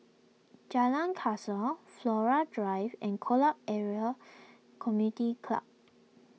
Jalan Kasau Flora Drive and Kolam area Community Club